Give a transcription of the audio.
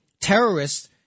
terrorists